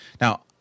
Now